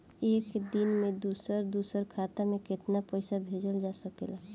एक दिन में दूसर दूसर खाता में केतना पईसा भेजल जा सेकला?